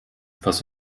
was